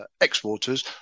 exporters